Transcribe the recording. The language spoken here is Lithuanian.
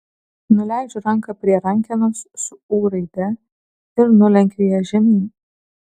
nuleidžiu ranką prie rankenos su ū raide ir nulenkiu ją žemyn